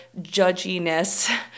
judginess